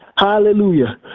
Hallelujah